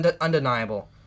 undeniable